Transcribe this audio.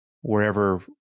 wherever